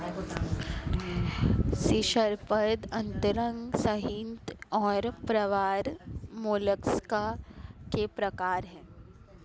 शीर्शपाद अंतरांग संहति और प्रावार मोलस्का के प्रकार है